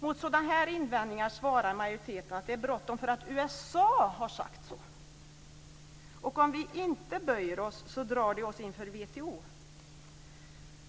Mot sådana här invändningar svarar majoriteten att det är bråttom därför att USA har sagt så och att de, om vi inte böjer oss, drar oss inför WTO.